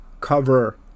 cover